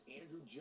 andrew